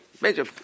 Major